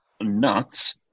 nuts